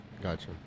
Gotcha